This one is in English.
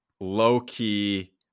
low-key